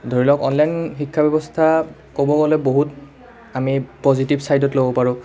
ধৰি লওক অনলাইন শিক্ষা ব্যৱস্থা ক'ব গ'লে বহুত আমি পজিটিভ চাইডত ল'ব পাৰোঁ